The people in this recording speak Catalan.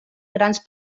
grans